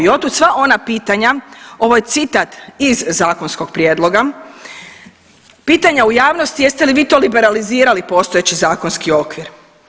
I otud sva ona pitanja, ovo je citat iz zakonskog prijedloga, pitanja u javnosti jeste li vi to liberalizirali postojeći zakonski okvir.